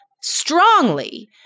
strongly